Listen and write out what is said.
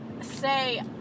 say